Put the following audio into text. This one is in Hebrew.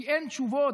כי אין תשובות.